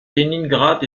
léningrad